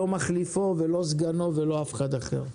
לא מחליפו ולא סגנו ולא אף אחד אחר.